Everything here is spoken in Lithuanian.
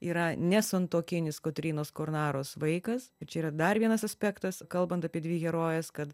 yra nesantuokinis kotrynos kornaros vaikas čia yra dar vienas aspektas kalbant apie dvi herojes kad